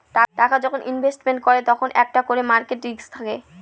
টাকা যখন ইনভেস্টমেন্ট করে তখন একটা করে মার্কেট রিস্ক থাকে